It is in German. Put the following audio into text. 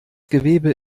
gewebe